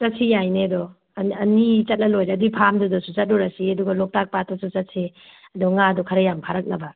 ꯆꯠꯁꯤ ꯌꯥꯏꯅꯦ ꯑꯗꯣ ꯑꯅꯤ ꯆꯠꯂꯒ ꯂꯣꯏꯔꯦ ꯑꯗꯨꯒꯤ ꯐꯥꯔꯝꯗꯨꯗꯁꯨ ꯆꯠꯂꯨꯔꯁꯤ ꯑꯗꯨꯒ ꯂꯣꯛꯇꯥꯛ ꯄꯥꯠꯇꯁꯨ ꯆꯠꯁꯤ ꯑꯗꯣ ꯉꯥꯗꯣ ꯈꯔ ꯌꯥꯝꯅ ꯐꯥꯔꯛꯅꯕ